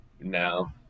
No